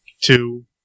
two